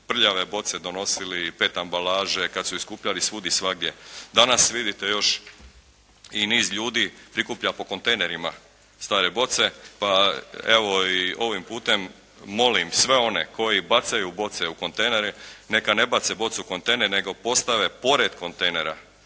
prljave boce donosili, pet ambalaže, kad su ih skupljali svud i svagdje. Danas vidite još i niz ljudi prikuplja po kontejnerima stare boce, pa evo i ovim putem molim sve one koji bacaju boce u kontejnere neka ne bace bocu u kontejner, nego postave pored kontejnera.